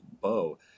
bow